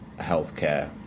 healthcare